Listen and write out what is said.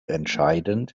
entscheidend